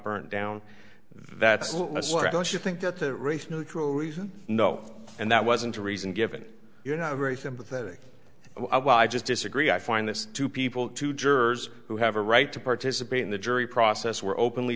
burned down that's why don't you think that that race neutral reason no and that wasn't a reason given you're not a very sympathetic while i just disagree i find this two people two jurors who have a right to participate in the jury process were openly